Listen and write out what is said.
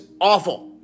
awful